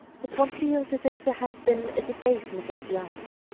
that one feels as if there has been a debasement of the art.